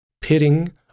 pitting